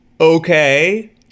Okay